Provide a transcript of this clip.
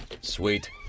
Sweet